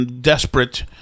desperate